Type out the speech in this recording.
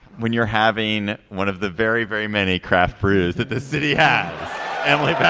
when you're having one of the very very many craft brewers that this city has had